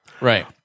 Right